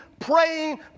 praying